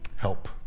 help